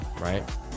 right